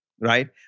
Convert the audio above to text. Right